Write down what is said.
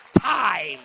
time